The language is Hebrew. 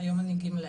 היום אני גמלאית,